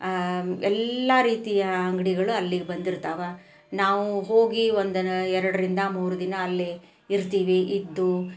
ಎಲ್ಲ ರೀತಿಯ ಅಂಗಡಿಗಳು ಅಲ್ಲಿಗೆ ಬಂದಿರ್ತಾವೆ ನಾವು ಹೋಗಿ ಒಂದು ಎರಡರಿಂದ ಮೂರು ದಿನ ಅಲ್ಲಿ ಇರ್ತೀವಿ ಇದ್ದು